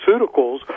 pharmaceuticals